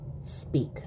speak